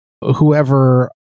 whoever